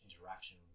interaction